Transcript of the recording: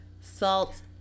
salt